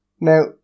Now